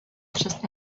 just